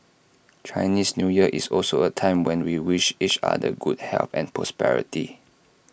Chinese New Year is also A time when we wish each other good health and prosperity